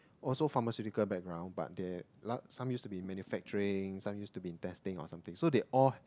also pharmaceutical background but they some used to be manufacturing some used to be in testing so they all